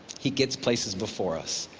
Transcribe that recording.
he gets places before us.